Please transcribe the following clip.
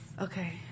Okay